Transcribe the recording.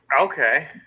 okay